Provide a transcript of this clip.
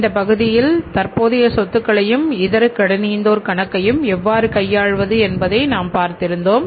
இந்த பகுதியில் தற்போதைய சொத்துக்களையும் இதர கடனீந்தோர் கணக்கையும் எவ்வாறு கையாள்வது என்பதை நாம் பார்த்து இருந்தோம்